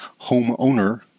homeowner